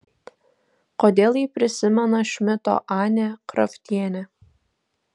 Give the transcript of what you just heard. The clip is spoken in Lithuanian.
kodėl ji prisimena šmito anę kraftienę